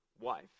wife